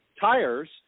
tires